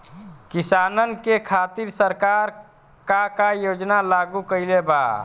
किसानन के खातिर सरकार का का योजना लागू कईले बा?